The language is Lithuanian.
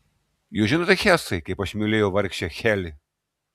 jūs žinote hesai kaip aš mylėjau vargšę heli